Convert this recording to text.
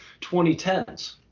2010s